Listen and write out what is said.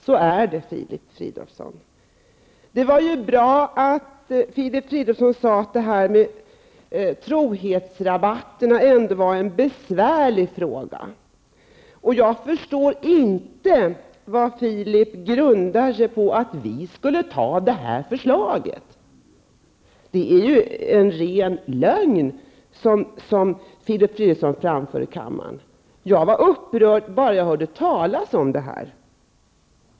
Så är det Filip Det var bra att Filip Fridolfsson ändå sade att trohetsrabatterna var en besvärlig fråga. Jag förstår inte på vad Filip Fridolfsson grundar föreställningen om att vi skulle anta det här förslaget. Det är en ren lögn som Filip Fridolfsson framför i kammaren. Jag blev upprörd bara jag hörde talas om detta.